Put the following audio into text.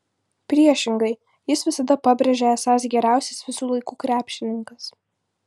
priešingai jis visada pabrėžia esąs geriausias visų laikų krepšininkas